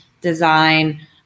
design